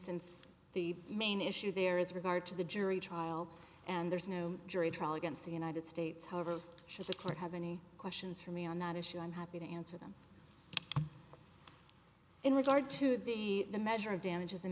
since the main issue there is regard to the jury trial and there's no jury trial against the united states however should the court have any questions for me on that issue i'm happy to answer them in regard to the the measure of damages in